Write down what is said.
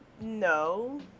No